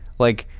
like,